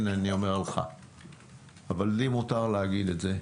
הנה, אני אומר לך אבל לי מותר להגיד את זה.